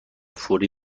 فوری